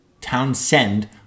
Townsend